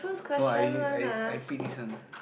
no I I I pick this one